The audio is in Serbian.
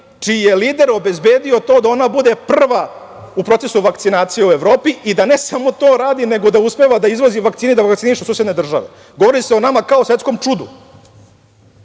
čiji je lider obezbedio to da ona bude prva u procesu vakcinacije u Evropi i da ne samo to radi, nego da uspeva da izvozi vakcine i da vakciniše susedne države. Govori se o nama kao o svetskom čudu.